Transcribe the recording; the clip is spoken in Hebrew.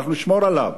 אנחנו נשמור עליו.